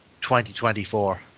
2024